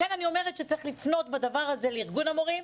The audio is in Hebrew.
לכן אני אומרת שצריך לפנות בדבר הזה לארגון המורים,